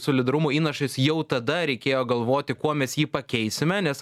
solidarumo įnašas jau tada reikėjo galvoti kuo mes jį pakeisime nes